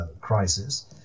crisis